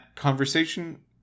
conversation